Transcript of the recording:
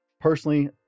Personally